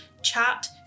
chat